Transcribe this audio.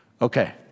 Okay